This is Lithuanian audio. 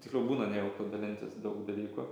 tiksliau būna nejauku dalintis daug dalykų